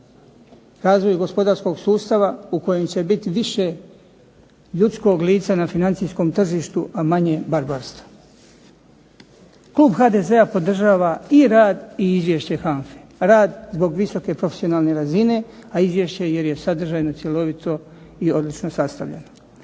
razvoju gospodarskog sustava u kojem će biti više ljudskog lica na financijskom tržištu, a manje barbarstva. Klub HDZ-a podržava i rad i izvješće HANFA-e. Rad zbog visoke profesionalne razine, a izvješće jer je sadržajno, cjelovito i odlično sastavljeno.